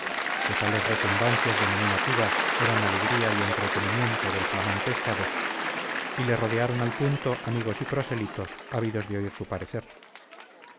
que tales retumbancias denominativas eran alegría y entretenimiento del flamante estado y le rodearon al punto amigos y prosélitos ávidos de oír su parecer